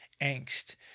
angst